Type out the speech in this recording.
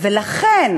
ולכן